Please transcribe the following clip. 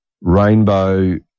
rainbow